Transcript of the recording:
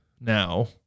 now